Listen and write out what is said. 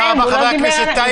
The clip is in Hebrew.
טייב,